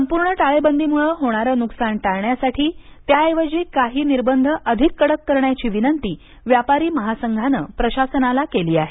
संपूर्ण टाळेबंदीमूळं होणारं नुकसान टाळण्यासाठी त्या ऐवजी काही निर्बंध अधिक कडक करण्याची विनंती व्यापारी महासंघानं प्रशासनाला केली आहे